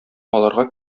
аларга